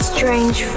Strange